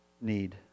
need